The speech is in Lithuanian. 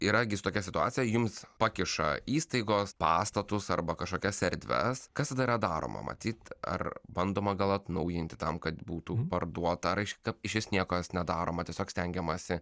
yra gi tokia situacija jums pakiša įstaigos pastatus arba kažkokias erdves kas tada yra daroma matyt ar bandoma gal atnaujinti tam kad būtų parduota ar iš išvis nieko nedaroma tiesiog stengiamasi